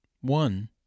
One